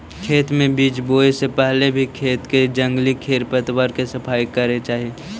खेत में बीज बोए से पहले भी खेत के जंगली खेर पतवार के सफाई करे चाही